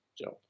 job